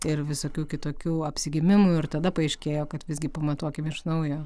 ir visokių kitokių apsigimimų ir tada paaiškėjo kad visgi pamatuokim iš naujo